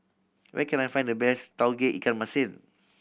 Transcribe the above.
where can I find the best Tauge Ikan Masin